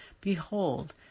Behold